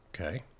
Okay